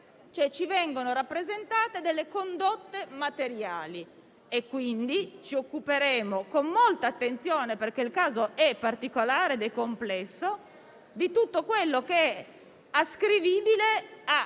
ci vengono rappresentate delle condotte materiali. Pertanto, ci occuperemo con molta attenzione, perché il caso è particolare e complesso, di tutto quanto è ascrivibile